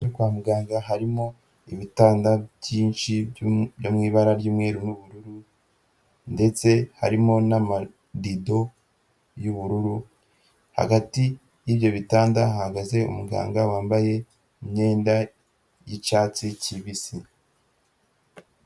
Kwa muganga harimo ibitanda byinshi biri mu ibara ry'umweru n'ubururu ndetse harimo n'amarido y'ubururu, hagati y'ibyo bitanda hahagaze umuganga wambaye imyenda y'icyatsi kibisi.